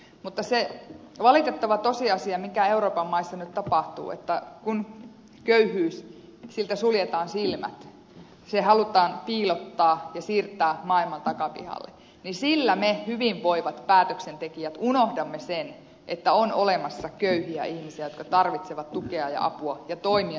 mutta se valitettava tosiasia mikä euroopan maissa nyt tapahtuu että kun köyhyydeltä suljetaan silmät se halutaan piilottaa ja siirtää maailman takapihalle niin me hyvinvoivat päätöksentekijät unohdamme sen että on olemassa köyhiä ihmisiä jotka tarvitsevat tukea ja apua ja toimia nopeasti